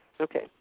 Okay